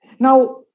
Now